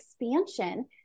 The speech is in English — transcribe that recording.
expansion